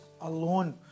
alone